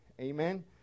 Amen